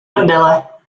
prdele